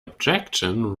objection